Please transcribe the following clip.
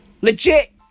Legit